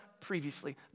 previously